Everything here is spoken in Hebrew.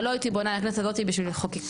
אבל לא הייתי בונה על הכנסת הזאת בשביל חקיקה.